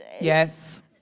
Yes